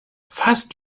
fast